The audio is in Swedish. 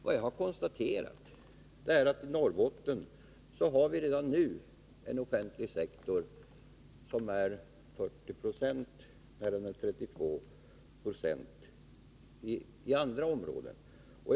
Vad jag har konstaterat är att vi i Norrbotten redan nu har en offentlig sektor som omfattar 40 26, medan den i andra områden utgör 32 20.